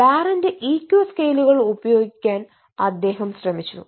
ബാരന്റെ EQ സ്കെയിലുകൾ പ്രയോഗിക്കാൻ അദ്ദേഹം ശ്രമിച്ചു